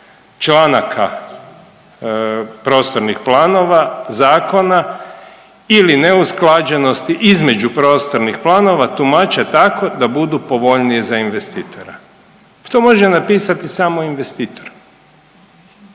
članaka prostornih planova zakona ili neusklađenost između prostornih planova tumače tako da budu povoljnije za investitora. Pa to može napisati samo investitor.